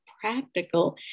practical